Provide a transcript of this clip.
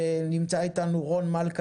נמצא איתנו רון מלכא,